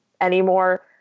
anymore